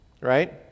Right